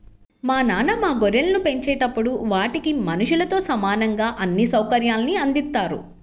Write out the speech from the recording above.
మా నాన్న మా గొర్రెలను పెంచేటప్పుడు వాటికి మనుషులతో సమానంగా అన్ని సౌకర్యాల్ని అందిత్తారు